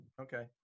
Okay